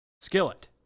Skillet